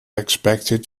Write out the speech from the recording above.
expected